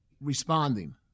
responding